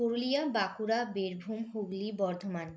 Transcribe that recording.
Purulia Bankura Birbhum Hooghly Bardhaman